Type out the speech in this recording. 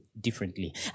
differently